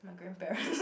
my grandparents